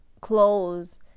clothes